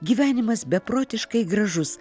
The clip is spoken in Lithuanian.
gyvenimas beprotiškai gražus